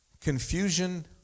confusion